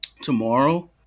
tomorrow